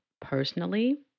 personally